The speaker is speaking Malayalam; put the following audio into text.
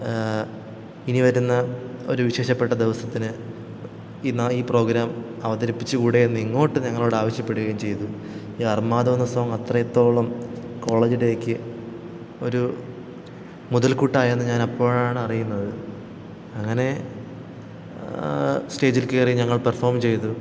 ഇനി വരുന്ന ഒരു വിശേഷപ്പെട്ട ദിവസത്തിന് ഇന്നാ ഈ പ്രോഗ്രാം അവതരിപ്പിച്ചുക്കൂടെ എന്ന് ഇങ്ങോട്ട് ഞങ്ങളോട് ആവശ്യപ്പെടുകയും ചെയ്തു ഈ അർമാദോ എന്ന സോങ് അത്രത്തോളം കോളേജ് ഡേയ്ക്ക് ഒരു മുതൽക്കൂട്ടായെന്നു ഞാൻ അപ്പോഴാണ് അറിയുന്നത് അങ്ങനെ സ്റ്റേജിൽ കയറി ഞങ്ങൾ പെർഫോം ചെയ്തത്